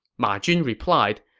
ma jun replied,